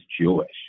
Jewish